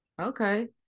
okay